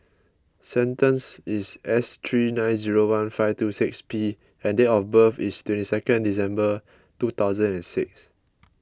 sequence is S three nine zero one five two six P and date of birth is twenty two December two thousand and six